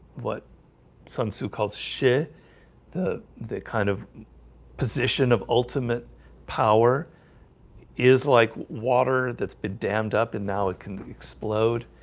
what sons who calls shit the the kind of position of ultimate power is like water that's been dammed up and now it can explode